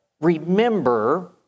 remember